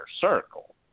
circle